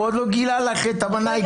הוא עוד לא גילה לך את המנה העיקרית.